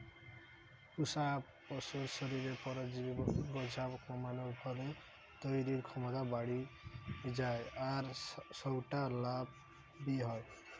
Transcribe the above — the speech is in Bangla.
পুশা পশুর শরীরে পরজীবি বোঝা কমানার ফলে তইরির ক্ষমতা বাড়ি যায় আর সউটা লাভ বি হয়